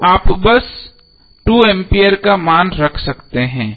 तो आप बस 2 एम्पीयर का मान रख सकते हैं